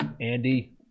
Andy